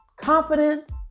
Confidence